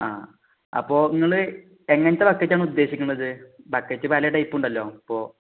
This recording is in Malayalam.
ആ അപ്പോൾ നിങ്ങൾ എങ്ങനത്തെ ബക്കറ്റാണ് ഉദ്ദേശിക്കുന്നത്ത് ബക്കറ്റ് പല ടൈപ്പ് ഉണ്ടല്ലോ അപ്പോൾ